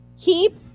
keep